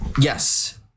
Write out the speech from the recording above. Yes